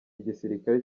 igisirikare